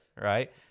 right